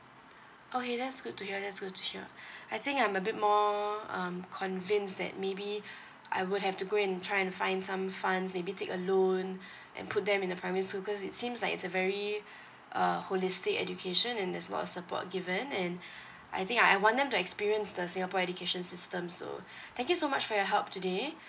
okay that's good to hear that's good to hear I think I'm a bit more um convinced that maybe I would have to go and try and find some funds maybe take a loan and put them in the primary school cause it seems like it's a very uh holistic education and there's lots of support given and I think I want them to experience the singapore education system so thank you so much for your help today